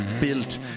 built